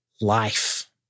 life